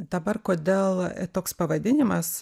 dabar kodėl toks pavadinimas